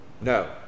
no